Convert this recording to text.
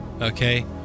Okay